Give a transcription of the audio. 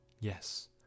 Yes